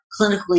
clinically